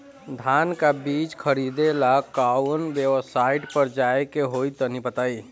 धान का बीज खरीदे ला काउन वेबसाइट पर जाए के होई तनि बताई?